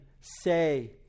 say